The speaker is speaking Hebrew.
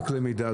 רק למידע,